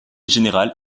général